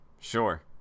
Sure